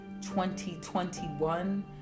2021